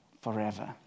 forever